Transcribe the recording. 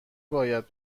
باید